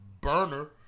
burner